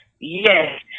Yes